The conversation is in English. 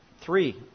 Three